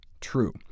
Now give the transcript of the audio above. true